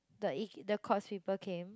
the ike~ the Courts people came